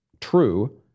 true